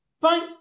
Fine